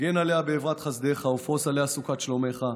הגן עליה באברת חסדך, ופרוס עליה סוכת שלומך,